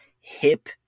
hip